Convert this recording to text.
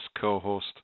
co-host